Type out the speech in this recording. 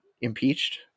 impeached